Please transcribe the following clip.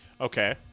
Okay